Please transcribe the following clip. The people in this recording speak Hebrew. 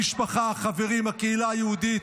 המשפחה, החברים, הקהילה היהודית,